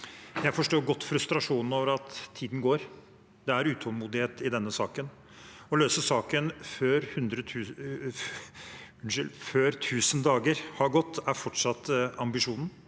Jeg forstår godt frustrasjonen over at tiden går. Det er utålmodighet i denne saken. Å løse saken før 1 000 dager har gått, er fortsatt ambisjonen.